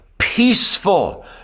peaceful